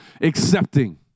accepting